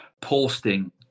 posting